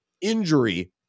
injury